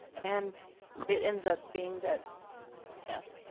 and it ends up being that yes.